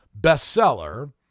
bestseller